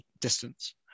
distance